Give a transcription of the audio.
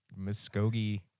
Muskogee